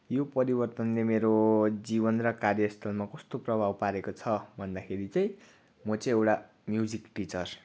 यो परिवर्तनले मेरो जीवन र कार्यस्तरमा कस्तो प्रभाव पारेको छ भन्दाखेरि चाहिँ म चाहिँ एउटा म्युजिक टिचर